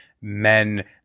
men